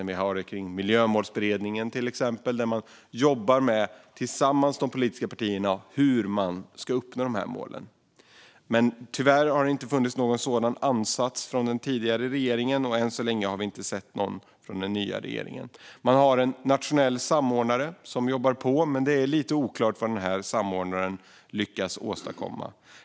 Vi har det till exempel kring Miljömålsberedningen, där de politiska partierna tillsammans jobbar med hur man ska uppnå målen. Men tyvärr har det inte funnits någon sådan ansats från den tidigare regeringen, och än så länge har vi inte sett någon från den nya regeringen. Det finns en nationell samordnare som jobbar, men det är lite oklart vad samordnaren egentligen lyckas åstadkomma.